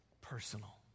personal